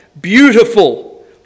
beautiful